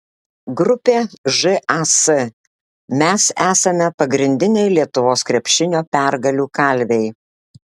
grupė žas mes esame pagrindiniai lietuvos krepšinio pergalių kalviai